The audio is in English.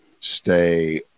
stay